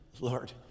Lord